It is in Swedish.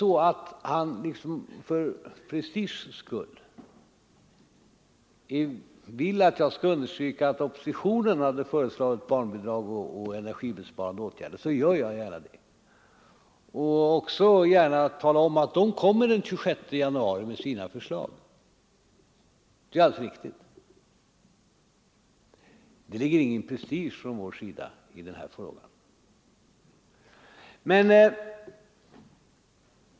Om herr Fälldin för prestigens skull vill att jag skall understryka att oppositionen föreslagit höjda barnbidrag och energibesparande åtgärder, gör jag gärna det. Jag talar också gärna om att oppositionen kom med sina förslag den 26 januari. För oss ligger det ingen prestige i denna fråga.